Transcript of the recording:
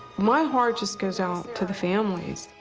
my heart just goes out to the families.